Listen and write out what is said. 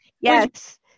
yes